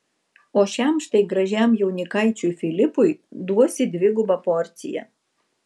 o šiam štai gražiam jaunikaičiui filipui duosi dvigubą porciją